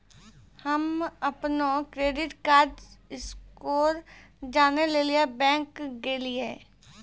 हम्म अपनो credit card score जानै लेली बैंक गेलियै